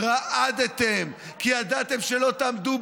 רעדתם, כי ידעתם שלא תעמדו